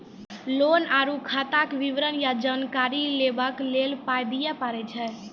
Loan आर खाताक विवरण या जानकारी लेबाक लेल पाय दिये पड़ै छै?